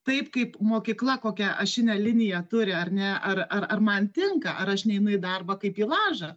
taip kaip mokykla kokią ašinę liniją turi ar ne ar ar man tinka ar aš neinu į darbą kaip į lažą